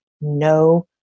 no